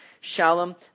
Shalom